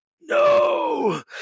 No